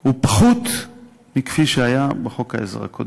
הוא פחות מכפי שהיה בחוק-העזר הקודם.